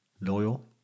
loyal